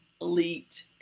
elite